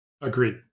Agreed